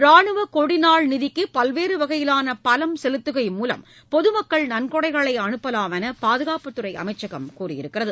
ராணுவ கொடிநாள் நிதிக்கு பல்வேறு வகையிலான பணம் செலுத்துகை மூலம் பொது மக்கள் நன்கொடைகளை அனுப்பலாம் என்று பாதுகாப்புத்துறை அமைச்சகம் கூறியுள்ளது